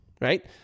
Right